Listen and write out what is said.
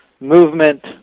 movement